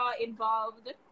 involved